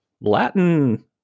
latin